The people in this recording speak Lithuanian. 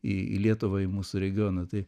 į į lietuvą į mūsų regioną tai